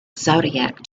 zodiac